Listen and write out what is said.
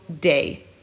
day